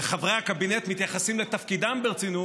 וחברי הקבינט מתייחסים לתפקידם ברצינות,